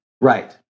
Right